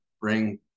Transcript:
bring